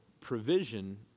provision